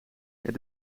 het